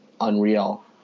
unreal